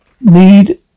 need